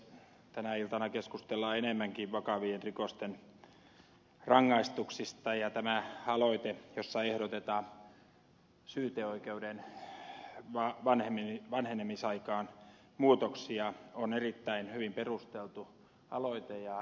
tänä iltana keskustellaan enemmänkin vakavien rikosten rangaistuksista ja tämä aloite jossa ehdotetaan syyteoikeuden vanhenemisaikaan muutoksia on erittäin hyvin perusteltu aloite ja tervetullut